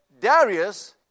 Darius